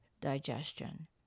digestion